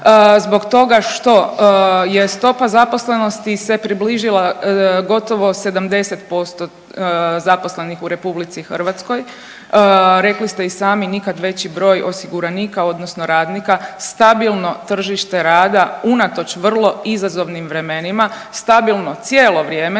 zbog toga što je stopa zaposlenosti se približila gotovo 70% zaposlenih u Republici Hrvatskoj. Rekli ste i sami nikad veći broj osiguranika, odnosno radnika, stabilno tržište rada unatoč vrlo izazovnim vremenima, stabilno cijelo vrijeme